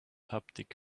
haptic